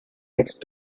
next